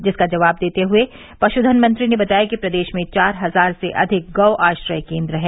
जिसका जवाब देते हुए पशुधन मंत्री ने बताया कि प्रदेश में चार हजार से अधिक गौआश्रय केन्द्र है